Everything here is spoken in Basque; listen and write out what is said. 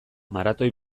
maratoi